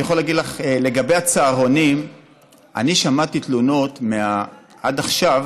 אני יכול להגיד לך שלגבי הצהרונים אני שמעתי עד עכשיו